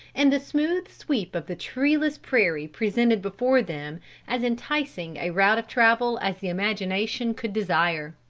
and the smooth sweep of the treeless prairie presented before them as enticing a route of travel as the imagination could desire.